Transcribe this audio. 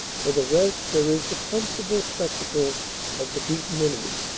for the rest, there is the comfortable spectacle of the beaten enemy.